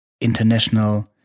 international